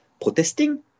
protesting